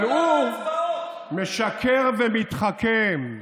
אבל הוא משקר ומתחכם,